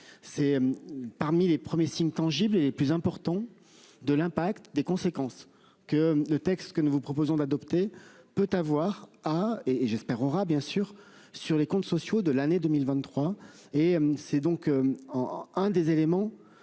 c'est. Parmi les premiers signes tangibles et plus important de l'impact des conséquences que le texte que nous vous proposons d'adopter peut avoir. Ah et et j'espère aura bien sûr sur les comptes sociaux de l'année 2023 et c'est donc en un des éléments